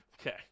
Okay